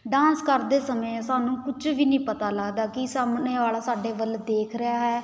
dance ਕਰਦੇ ਸਮੇਂ ਸਾਨੂੰ ਕੁਛ ਵੀ ਨਹੀਂ ਪਤਾ ਲੱਗਦਾ ਕਿ ਸਾਹਮਣੇ ਵਾਲਾ ਸਾਡੇ ਵੱਲ ਦੇਖ ਰਿਹਾ ਹੈ